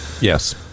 Yes